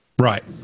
Right